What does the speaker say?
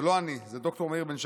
זה לא אני, זה ד"ר מאיר בן שחר.